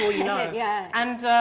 you know, yeah and